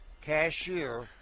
cashier